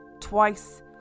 twice